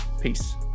peace